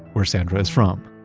where sandra was from.